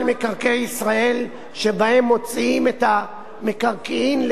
מקרקעי ישראל שבהן מוציאים את המקרקעין,